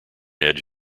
edge